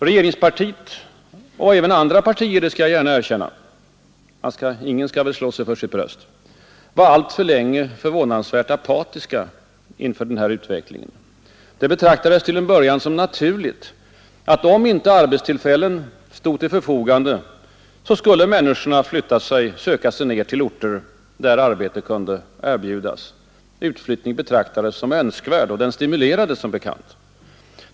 Regeringspartiet — och jag vill gärna erkänna även andra partier; ingen skall slå sig för sitt bröst — var alltför länge förvånansvärt apatiskt inför utvecklingen. Det betraktades till en början som naturligt, att om inte arbetstillfällen stod till förfogande skulle människorna söka sig till orter där arbete kunde erbjudas. Utflyttning betraktades som önskvärd, och den stimulerades som bekant.